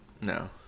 No